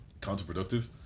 counterproductive